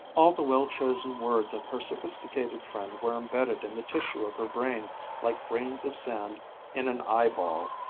all the well-chosen words of her sophisticated friend were imbedded in the tissue of her brain like grains of sand in an eyeball.